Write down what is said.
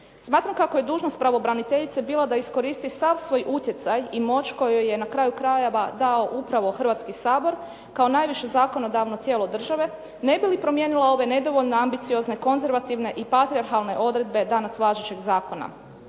Smatram kako je dužnost pravobraniteljice bila da iskoristi sav svoj utjecaj i moć koju je na kraju krajeva dao upravo Hrvatski sabor kao najviše zakonodavno tijelo države, ne bi li promijenila ove nedovoljne ambiciozne konzervativne i patrijarhalne odredbe danas važećeg zakona.